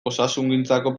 osasungintzako